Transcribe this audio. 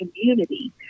community